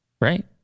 Right